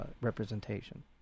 representation